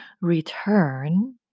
return